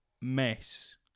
mess